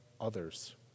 others